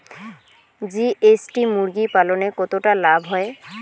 GST মুরগি পালনে কতটা লাভ হয়?